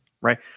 right